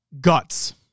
guts